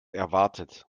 erwartet